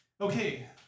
Okay